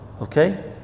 Okay